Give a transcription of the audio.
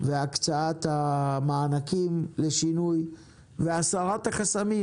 והקצאת המענקים לשינוי והסרת החסמים.